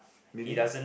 meaning